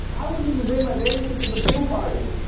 i wouldn't even bring my bathing suit to the pool party.